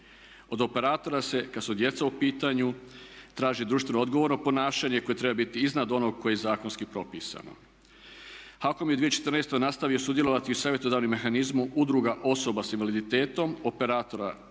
Od operatora se kad su djeca u pitanju traži društveno odgovorno ponašanje koje treba biti iznad onog koje je zakonski propisano. HAKOM je u 2014. nastavio sudjelovati u savjetodavnom mehanizmu udruga osoba sa invaliditetom, operatora i